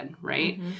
right